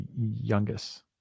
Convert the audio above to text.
youngest